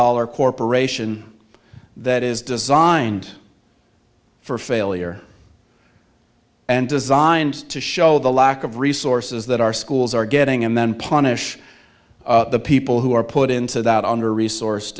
dollar corporation that is designed for failure and designed to show the lack of resources that our schools are getting and then punish the people who are put into that under resource